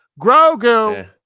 Grogu